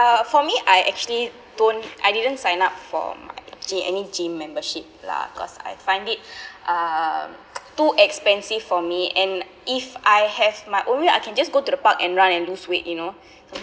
~(uh) for me I actually don't I didn't sign up for my gym any gym membership lah cause I find it uh too expensive for me and if I have my only I can just go to the park and run and lose weight you know